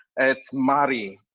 it's mahri.